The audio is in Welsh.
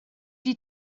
wedi